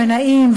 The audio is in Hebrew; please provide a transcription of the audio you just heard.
ונעים,